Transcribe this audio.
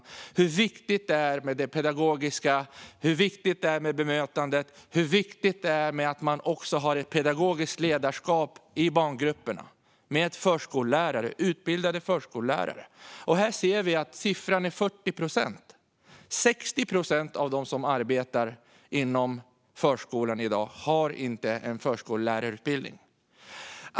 Vi vet hur viktigt det är med det pedagogiska, med bemötandet och med att man har ett pedagogiskt ledarskap i barngrupperna - med utbildade förskollärare. Här ser vi att siffran är 40 procent - 60 procent av dem som arbetar inom förskolan i dag har inte någon förskollärarutbildning.